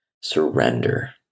surrender